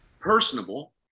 personable